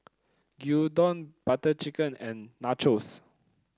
Gyudon Butter Chicken and Nachos